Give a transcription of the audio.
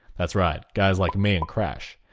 that's right, guys like me and crash.